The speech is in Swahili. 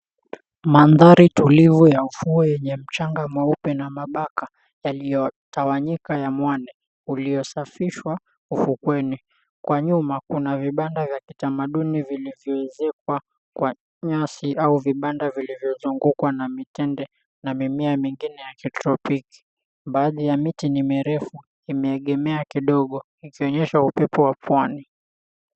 Mandhari tulivu ya ufuo, yenye mchanga mweupe na mabaka, yaliyotawanyika ya mwane uliosafishwa ufukweni. Kwa nyuma, kuna vibanda vya kitamaduni vilivyoezekwa kwa nyasi, au vibanda vilivyozungukwa na mitende na mimea mingine ya kitropiki. Baadhi ya miti ni mirefu, imeegemea kidogo, ikionyesha upepo wa pwani.